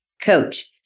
coach